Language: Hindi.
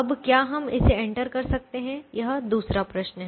अब क्या हम इसे इंटर कर सकते हैं यह दूसरा प्रश्न है